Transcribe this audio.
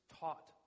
taught